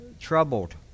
troubled